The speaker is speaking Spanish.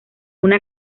una